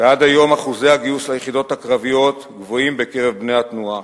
ועד היום אחוזי הגיוס ליחידות הקרביות גבוהים בקרב בני התנועה,